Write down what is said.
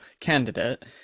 candidate